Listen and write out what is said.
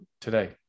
today